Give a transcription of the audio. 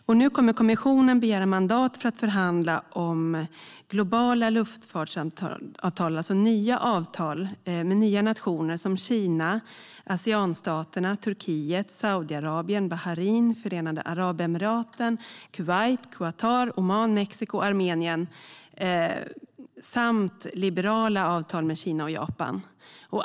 Nu kommer kommissionen att begära mandat för att förhandla om globala luftfartsavtal med nya nationer som Kina, Aseanstaterna, Turkiet, Saudiarabien, Bahrain, Förenade Arabemiraten, Kuwait, Qatar, Oman, Mexico och Armenien samt om bilaterala avtal med Kina och Japan.